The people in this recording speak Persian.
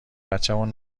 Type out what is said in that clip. بچمون